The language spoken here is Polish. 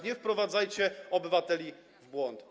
Nie wprowadzajcie obywateli w błąd.